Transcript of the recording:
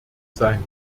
sein